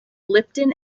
lipton